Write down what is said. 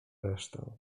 resztę